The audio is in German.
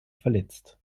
verletzt